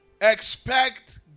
Expect